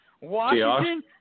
Washington